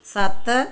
ਸੱਤ